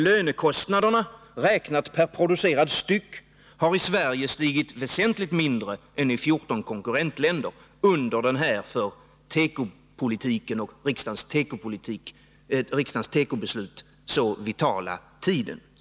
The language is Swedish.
Lönekostnaderna per producerad enhet har i Sverige stigit väsentligt mindre än i 14 konkurrentländer under denna för riksdagens tekobeslut och regeringens tekopolitik så vitala tid.